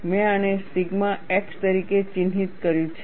મેં આને sigma x તરીકે ચિહ્નિત કર્યું છે